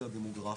זה הדמוגרפיה,